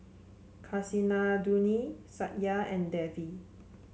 Kasinadhuni Satya and Devi